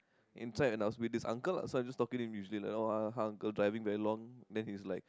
inside and I was with this uncle so I just talking to him usually like oh hi uncle driving very long then he's like